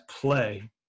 play